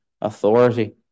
authority